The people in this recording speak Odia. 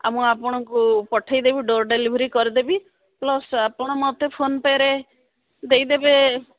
ଆଉ ମୁଁ ଆପଣଙ୍କୁ ପଠେଇଦେବି ଡୋର ଡେଲିଭରି କରିଦେବି ପ୍ଲସ୍ ଆପଣ ମୋତେ ଫୋନ୍ ପେ'ରେ ଦେଇଦେବେ